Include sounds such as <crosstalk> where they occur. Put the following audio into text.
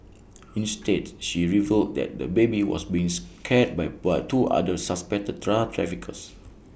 instead she revealed that the baby was being <unintelligible> cared by what two other suspected drug traffickers